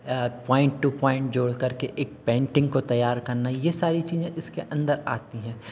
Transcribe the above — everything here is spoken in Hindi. प्वाइन्ट टू प्वाइन्ट जोड़ करके एक पेन्टिन्ग को तैयार करना यह सारी चीज़ें इसके अन्दर आती हैं